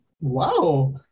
Wow